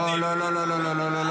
לא לא לא לא לא.